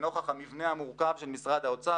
"לנוכח המבנה המורכב של משרד האוצר